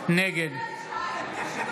נגד משה רוט, נגד שמחה